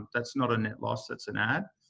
that's not a net loss, it's an add.